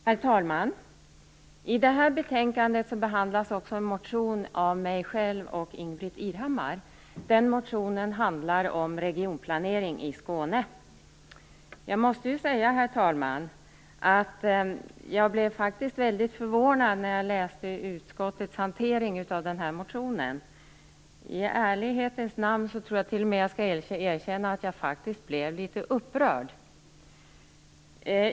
Herr talman! I det här betänkandet behandlas bl.a. en motion av mig själv och Ingbritt Irhammar. Den motionen handlar om regionplanering i Skåne. Jag måste ju säga, herr talman, att jag faktiskt blev väldigt förvånad när jag tog del av utskottets hantering av motionen. I ärlighetens namn skall jag t.o.m. erkänna att jag blev litet upprörd.